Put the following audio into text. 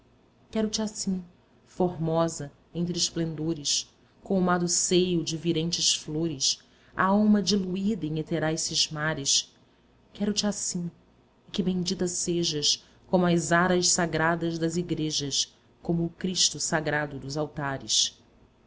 nebulosas quero-te assim formosa entre esplendores colmado o seio de virentes flores a alma diluída em eterais cismares quero-te assim e que bendita sejas como as aras sagradas das igrejas como o cristo sagrado dos altares